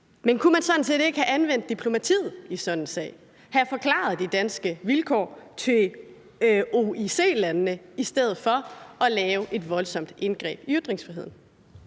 Men kunne man sådan set ikke have anvendt diplomatiet i sådan en sag og have forklaret de danske vilkår til OIC-landene i stedet for at lave et voldsomt indgreb i ytringsfriheden?